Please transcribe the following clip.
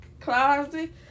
closet